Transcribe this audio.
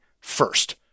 first